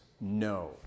no